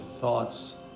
thoughts